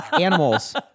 animals